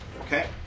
Okay